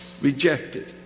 rejected